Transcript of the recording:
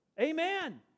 amen